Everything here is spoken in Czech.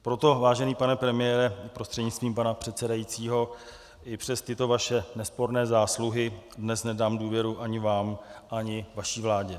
Proto, vážený pane premiére prostřednictvím pana předsedajícího, i přes tyto vaše nesporné zásluhy dnes nedám důvěru ani vám, ani vaší vládě.